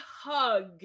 hug